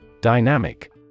Dynamic